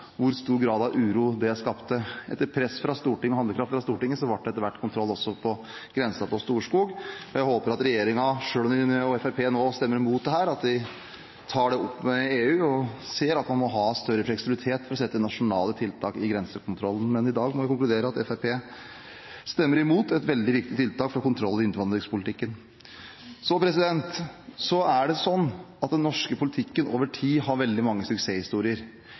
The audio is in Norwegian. hvor stor grad av uro det skapte. Etter press og handlekraft fra Stortinget ble det etter hvert kontroll også ved grensen på Storskog. Jeg håper at regjeringen, selv om Fremskrittspartiet nå stemmer mot dette, tar det opp med EU og ser at en må ha større fleksibilitet for å sette inn nasjonale tiltak i grensekontrollen. I dag må vi konkludere med at Fremskrittspartiet stemmer imot et veldig viktig tiltak for å ha kontroll i innvandringspolitikken. Den norske politikken har over tid veldig mange suksesshistorier.